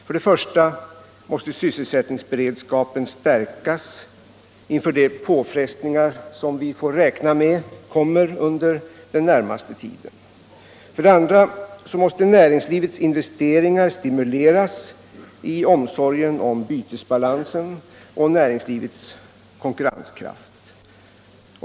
För det första måste sysselsättningsberedskapen stärkas inför de påfrestningar som vi får räkna med under den närmaste tiden. För det andra måste näringslivets investeringar stimuleras i omsorgen om bytesbalansen och näringslivets konkurrenskraft.